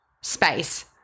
space